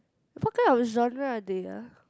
what kind of genre are they ah